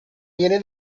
viene